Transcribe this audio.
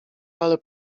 ale